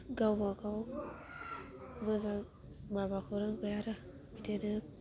गावबा गाव मोजां माबाखौ रोंबाय आरो बिदिनो